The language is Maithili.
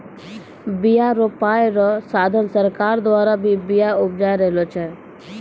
बिया रोपाय रो साधन सरकार द्वारा भी बिया उपजाय रहलो छै